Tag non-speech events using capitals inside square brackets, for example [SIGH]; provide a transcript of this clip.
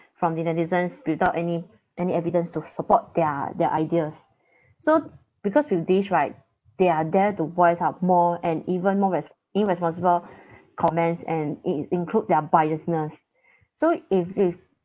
from the netizens without any any evidence to support their their ideas so because with this right they are dare to voice out more and even more res~ irresponsible [BREATH] comments and it include their biasness so if if